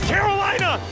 Carolina